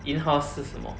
in house 是什么